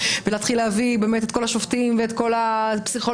ולהתחיל להביא את כל השופטים ואת כל הפסיכולוגים.